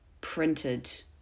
printed